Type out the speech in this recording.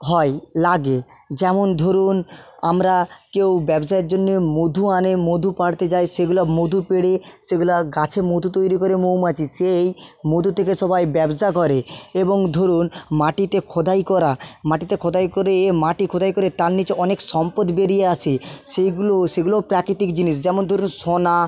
হয় লাগে যেমন ধরুন আমরা কেউ ব্যবসায়ের জন্য মধু আনে মধু পাড়তে যায় সেগুলো মধু পেড়ে সেগুলো গাছে মধু তৈরি করে মৌমাছি সেই মধু থেকে সবাই ব্যবসা করে এবং ধরুন মাটিতে খোদাই করা মাটিতে খোদাই করে মাটি খোদাই করে তার নিচে অনেক সম্পদ বেরিয়ে আসে সেইগুলো সেগুলোও প্রাকিতিক জিনিস যেমন ধরুন সোনা